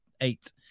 eight